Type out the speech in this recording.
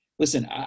Listen